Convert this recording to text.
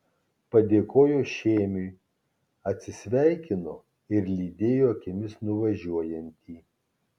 padėkojo šėmiui atsisveikino ir lydėjo akimis nuvažiuojantį